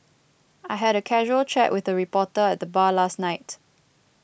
I had a casual chat with a reporter at the bar last night